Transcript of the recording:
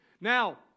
Now